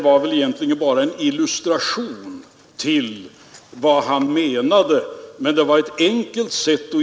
Har ni egentligen tänkt på vilken propaganda ni gör med detta?